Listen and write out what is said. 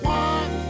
one